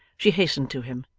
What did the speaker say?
she hastened to him,